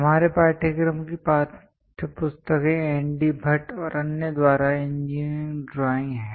हमारे पाठ्यक्रम की पाठ्यपुस्तकें एन डी भट्ट और अन्य द्वारा इंजीनियरिंग ड्राइंग हैं